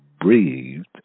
breathed